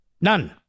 None